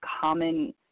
common